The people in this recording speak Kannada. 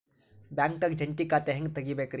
ಬ್ಯಾಂಕ್ದಾಗ ಜಂಟಿ ಖಾತೆ ಹೆಂಗ್ ತಗಿಬೇಕ್ರಿ?